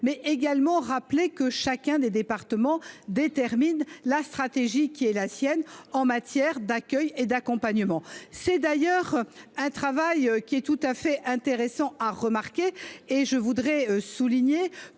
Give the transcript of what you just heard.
mais aussi rappeler que chacun des départements détermine la stratégie qui est la sienne en matière d’accueil et d’accompagnement. C’est d’ailleurs un travail tout à fait intéressant à remarquer. Je veux en outre souligner